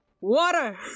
water